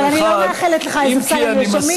אני לא מאחלת לך את ספסל הנאשמים.